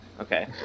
Okay